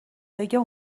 بگه